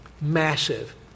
massive